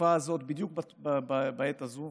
בתקופה הזו, בדיוק בעת הזו